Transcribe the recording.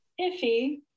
iffy